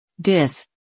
dis